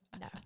No